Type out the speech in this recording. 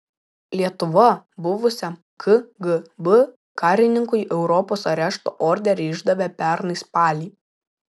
lietuva buvusiam kgb karininkui europos arešto orderį išdavė pernai spalį